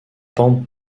pentes